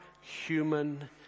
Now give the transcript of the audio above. human